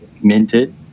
minted